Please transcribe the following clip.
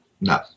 No